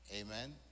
Amen